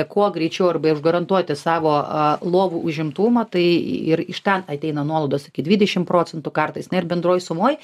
kuo greičiau arba užgarantuoti savo lovų užimtumą tai ir iš ten ateina nuolaidos iki dvidešim procentų kartais na ir bendroj sumoj